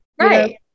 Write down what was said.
right